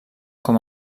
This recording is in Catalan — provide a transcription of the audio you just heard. com